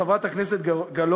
חברת הכנסת גלאון,